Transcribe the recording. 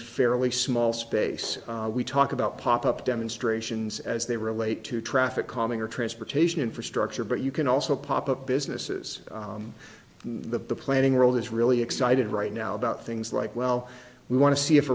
fairly small space we talk about pop up demonstrations as they relate to traffic calming or transportation infrastructure but you can also pop up businesses the planning world is really excited right now about things like well we want to see if